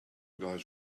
guys